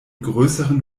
größeren